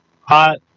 hot